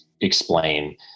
explain